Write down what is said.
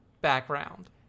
background